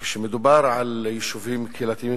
כשמדובר על יישובים קהילתיים,